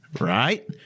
right